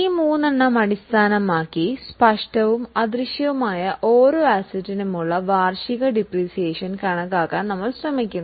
ഈ മൂന്നിനെയും അടിസ്ഥാനമാക്കി റ്റാൻജിബിളും ഇൻറ്റാൻജിബിളും ആയ ഓരോ അസറ്റിനും വാർഷിക ഡിപ്രീസിയേഷൻ കണക്കാക്കാൻ നമ്മൾ ശ്രമിക്കുന്നു